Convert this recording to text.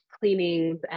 cleanings